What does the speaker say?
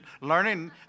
learning